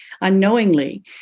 unknowingly